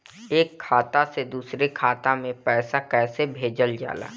एक खाता से दुसरे खाता मे पैसा कैसे भेजल जाला?